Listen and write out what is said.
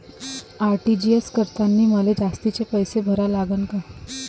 RTGS करतांनी मले जास्तीचे पैसे भरा लागन का?